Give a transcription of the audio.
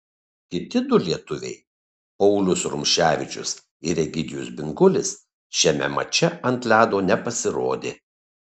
kiti du lietuviai paulius rumševičius ir egidijus binkulis šiame mače ant ledo nepasirodė